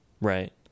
Right